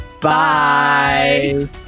Bye